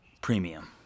premium